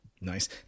Nice